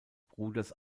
bruders